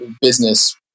business